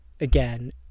again